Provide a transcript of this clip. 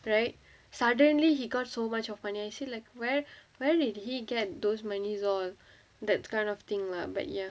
right suddenly he got so much of financial like where where did he get those monies all that kind of thing lah but ya